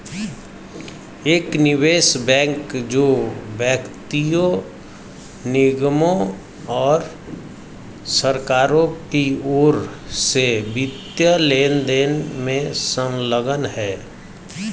एक निवेश बैंक जो व्यक्तियों निगमों और सरकारों की ओर से वित्तीय लेनदेन में संलग्न है